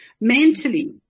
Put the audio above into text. Mentally